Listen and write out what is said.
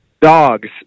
Dogs